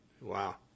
Wow